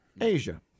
Asia